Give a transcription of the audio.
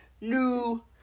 new